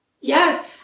Yes